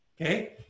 okay